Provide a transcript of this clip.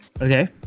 Okay